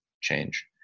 change